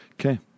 Okay